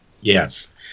yes